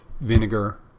vinegar